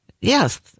Yes